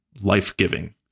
life-giving